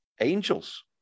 angels